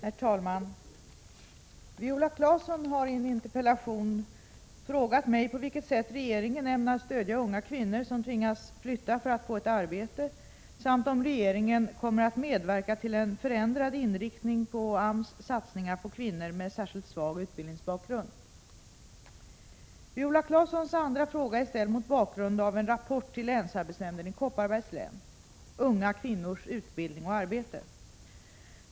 Herr talman! Viola Claesson har i en interpellation frågat mig på vilket sätt regeringen ämnar stödja unga kvinnor som tvingas flytta för att få ett arbete samt om regeringen kommer att medverka till en förändrad inriktning på AMS satsningar på kvinnor med särskilt svag utbildningsbakgrund. Viola Claessons andra fråga är ställd mot bakgrund av en rapport till länsarbetsnämnden i Kopparbergs län, ”Unga kvinnors utbildning och arbete”.